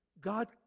God